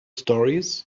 stories